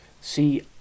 See